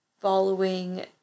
following